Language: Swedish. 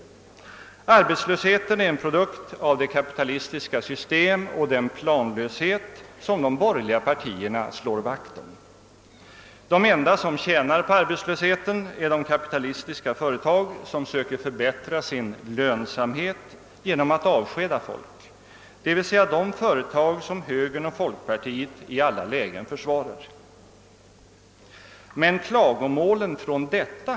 Arbetslösheten är en produkt av det kapitalistiska system och den planlöshet som de borgerliga partierna slår vakt om. De enda som tjänar på arbetslösheten är de kapitalistiska företag som söker förbättra sin lönsamhet genom att avskeda folk, d.v.s. de företag som högern och folkpartiet i alla lägen försvarar. Men klagomålen från detta.